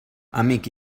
amic